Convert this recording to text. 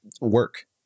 work